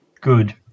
Good